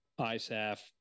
ISAF